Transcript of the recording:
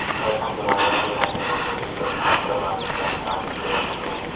अर्थ के माने होथे धन ले संबंधित अउ सास्त्र माने जानकारी ते अध्ययन